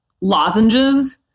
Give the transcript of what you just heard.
lozenges